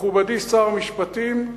מכובדי שר המשפטים,